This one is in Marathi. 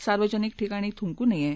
सार्वजनिक ठिकाणी थुंकु नये